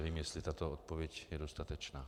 Nevím, jestli tato odpověď je dostatečná.